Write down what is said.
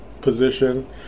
position